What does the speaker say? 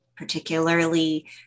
particularly